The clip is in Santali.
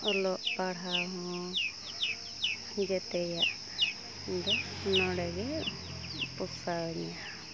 ᱚᱞᱚᱜ ᱯᱟᱲᱦᱟᱣ ᱦᱚᱸ ᱡᱚᱛᱚᱣᱟᱜ ᱤᱧ ᱫᱚ ᱱᱚᱰᱮᱜᱮ ᱯᱚᱥᱟᱣᱟᱹᱧᱟᱹ